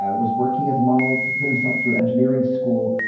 ah was working as a model to put himself through engineering school,